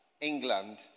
England